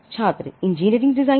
छात्र engineering design